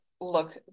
Look